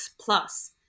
plus